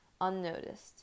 unnoticed